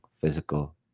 physical